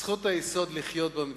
זכות היסוד לחיות במדינה,